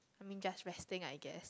I mean just resting I guess